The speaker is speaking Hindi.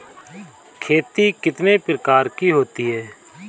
खेती कितने प्रकार की होती है?